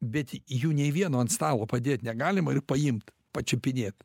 bet jų nei vieno ant stalo padėt negalima ir paimt pačiupinėt